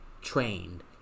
trained